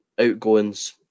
Outgoings